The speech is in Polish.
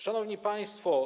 Szanowni Państwo!